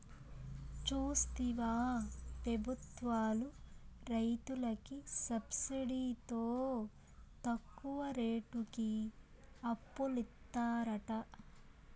చూస్తివా పెబుత్వాలు రైతులకి సబ్సిడితో తక్కువ రేటుకి అప్పులిత్తారట